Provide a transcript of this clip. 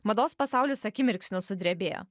mados pasaulis akimirksniu sudrebėjo